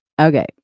Okay